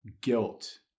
Guilt